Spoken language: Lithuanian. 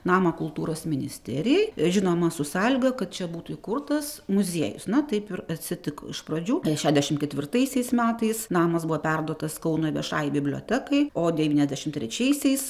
namą kultūros ministerijai žinoma su sąlyga kad čia būtų įkurtas muziejus na taip atsitiko iš pradžių šedešim ketvirtaisiais metais namas buvo perduotas kauno viešajai bibliotekai o devyniasdešim trečiaisiais